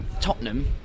Tottenham